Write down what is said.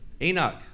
Enoch